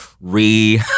re